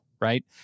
Right